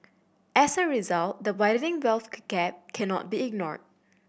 as a result the widening wealth gap cannot be ignored